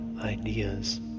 ideas